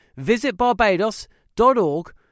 visitbarbados.org